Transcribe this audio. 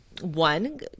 one